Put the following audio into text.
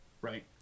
right